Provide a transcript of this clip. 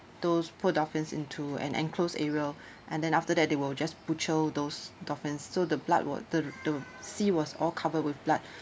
those poor dolphins into an enclosed area and then after that they will just butcher those dolphin so the blood was the sea was all covered with blood